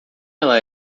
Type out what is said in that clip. ela